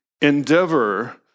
endeavor